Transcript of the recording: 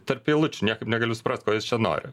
tarp eilučių niekaip negaliu suprast ko jis čia nori